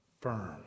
firm